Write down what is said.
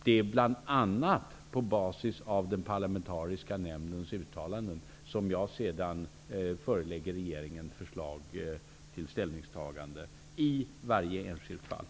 Det är bl.a. på basis av den parlamentariska nämndens uttalanden som jag sedan förelägger regeringen förslag till ställningstaganden i varje enskilt fall.